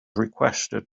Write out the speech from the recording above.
requested